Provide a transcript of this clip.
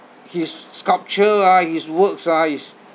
his sculpture ah his works ah is